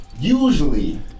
Usually